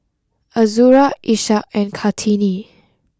Azura Ishak and Kartini